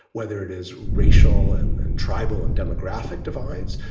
whether it is racial and and tribal and demographic divides.